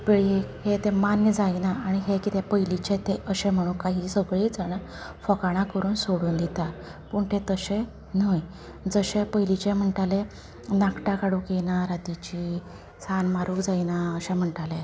पिळगे हें तें मान्य जायना आनी हें कितें पयलीचें तें अशें म्हणून कांही सगळें जाण फकाणां करून सोडून दितात पूण तें तशें न्हय जशे पयलीचे म्हणटाले नाकटां काडूंक दिना रातीचीं सान्न मारूंक जायना अशें म्हणटाले